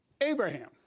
abraham